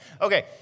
Okay